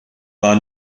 war